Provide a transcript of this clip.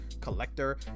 collector